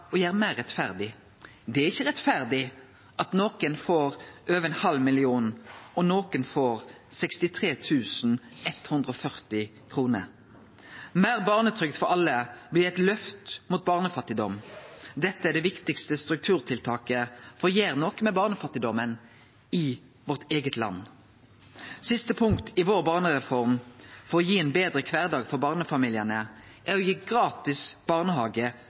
og gjere meir rettferdig. Det er ikkje rettferdig at nokre får over ein halv million og nokre får 63 140 kr. Meir barnetrygd for alle vil gi eit løft mot barnefattigdom. Dette er det viktigaste strukturtiltaket for å gjere noko med barnefattigdomen i vårt eige land. Siste punkt i barnereforma vår for å gi ein betre kvardag for barnefamiliane er å gi gratis barnehage